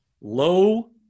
low